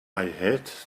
had